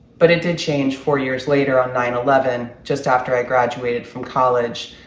but it did change four years later on nine eleven just after i graduated from college.